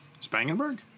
Spangenberg